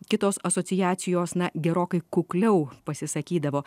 kitos asociacijos na gerokai kukliau pasisakydavo